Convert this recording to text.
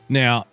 now